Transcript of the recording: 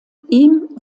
ihm